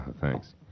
Thanks